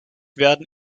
werden